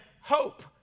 hope